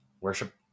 worship